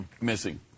Missing